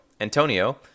Antonio